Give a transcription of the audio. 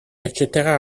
accetterà